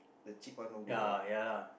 the cheap one no good ah